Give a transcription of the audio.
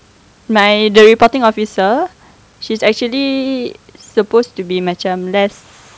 my the reporting officer she's actually supposed to be macam less